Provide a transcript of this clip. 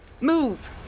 Move